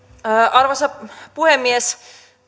arvoisa puhemies